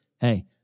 hey